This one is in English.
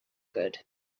good